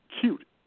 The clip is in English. cute